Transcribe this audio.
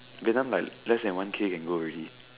Vietnam like less than one kay can go already